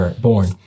born